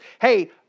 hey